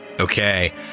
Okay